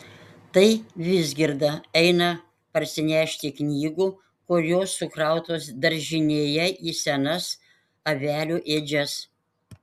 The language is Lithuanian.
tai vizgirda eina parsinešti knygų kurios sukrautos daržinėje į senas avelių ėdžias